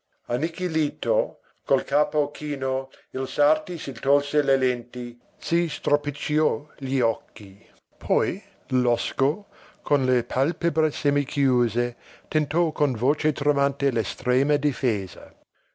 annichilito col capo chino il sarti si tolse le lenti si stropicciò gli occhi poi losco con le palpebre semichiuse tentò con voce tremante l'estrema difesa